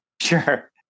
Sure